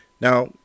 Now